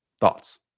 Thoughts